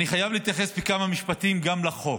אני חייב להתייחס בכמה משפטים גם לחוק.